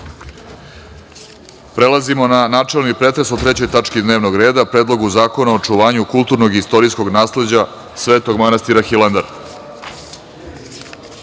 skupštine. Prelazimo na načelni pretres o Trećoj tački dnevnog reda – Predlogu zakona o očuvanju kulturnog i istorijskog nasleđa Svetog manastira Hilandar. Saglasno